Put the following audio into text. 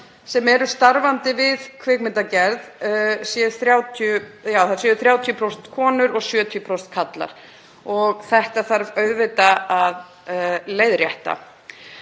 sem eru starfandi við kvikmyndagerð sé 30%, og þá eru 70% karlar. Það þarf auðvitað að leiðrétta.